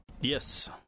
Yes